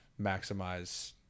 maximize